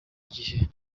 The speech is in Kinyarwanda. gihe